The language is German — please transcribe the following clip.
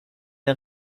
der